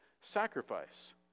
sacrifice